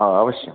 अवश्यं